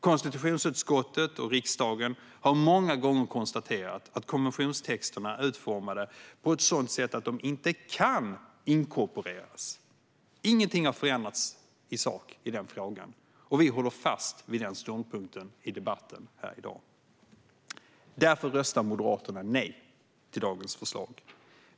Konstitutionsutskottet och riksdagen har många gånger konstaterat att konventionstexterna är utformade på sådant sätt att de inte kan inkorporeras. Ingenting har förändrats i sak i den frågan, och vi håller fast vid den ståndpunkten i debatten här i dag. Därför röster Moderaterna nej till dagens förslag.